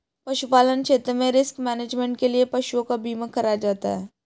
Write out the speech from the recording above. पशुपालन क्षेत्र में रिस्क मैनेजमेंट के लिए पशुओं का बीमा कराया जाता है